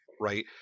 right